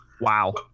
Wow